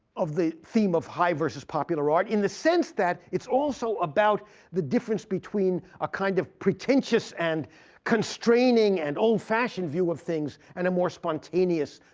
of the theme of high versus popular art, in the sense that it's also about the difference between a kind of pretentious and constraining and old-fashioned view of things, and a more spontaneous